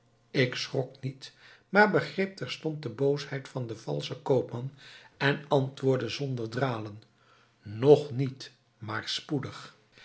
ik schrok niet maar begreep terstond de boosheid van den valschen koopman en antwoordde zonder dralen nog niet maar spoedig